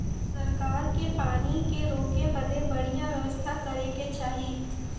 सरकार के पानी के रोके बदे बढ़िया व्यवस्था करे के चाही